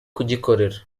kugikorera